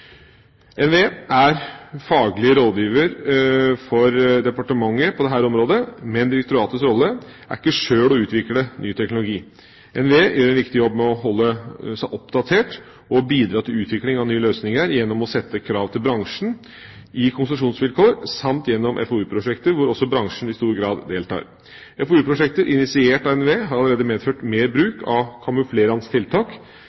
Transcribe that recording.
NVE er faglig rådgiver for departementet på dette området, men direktoratets rolle er ikke sjøl å utvikle ny teknologi. NVE gjør en viktig jobb med å holde seg oppdatert og å bidra til utvikling av nye løsninger gjennom å sette krav til bransjen når det gjelder konsesjonsvilkår, samt gjennom FoU-prosjekter hvor også bransjen i stor grad deltar. FoU-prosjekter initiert av NVE har allerede medført mer bruk av kamuflerende tiltak.